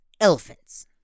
elephants